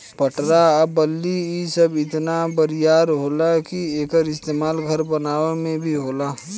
पटरा आ बल्ली इ सब इतना बरियार होला कि एकर इस्तमाल घर बनावे मे भी होला